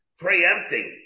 preempting